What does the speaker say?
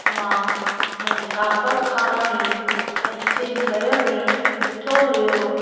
मां नंढाप खां ई पंहिंजे घर में ॾिठो हुओ